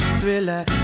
thriller